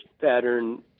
pattern